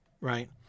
right